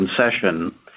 concession